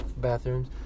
bathrooms